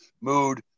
mood